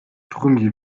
premier